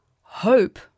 hope